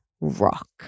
rock